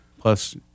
plus